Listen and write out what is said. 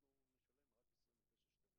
אנחנו נשלם רק 29.12,